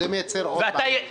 זה מייצר עוד בעיה.